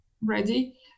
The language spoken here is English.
ready